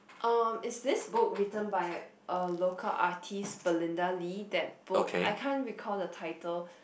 uh is this book written by a local artiste Belinda-Lee that book I can't recall the title